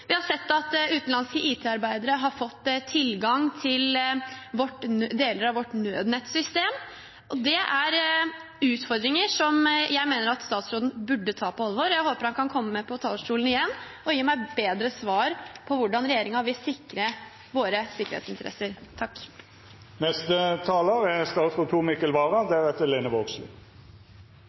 Vi har sett at utenlandske IT-arbeidere har fått tilgang til deler av vårt nødnettsystem. Det er utfordringer som jeg mener at statsråden burde ta på alvor. Jeg håper han kan komme på talerstolen igjen og gi meg bedre svar på hvordan regjeringen vil sikre våre sikkerhetsinteresser. Denne regjeringen mener at det skal være bedre bestillerkompetanse. Det er